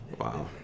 Wow